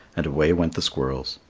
and away went the squirrels.